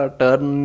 turn